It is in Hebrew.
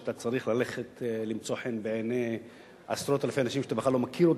שאתה צריך ללכת למצוא חן בעיני עשרות אלפי אנשים שאתה בכלל לא מכיר,